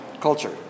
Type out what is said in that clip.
Culture